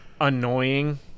annoying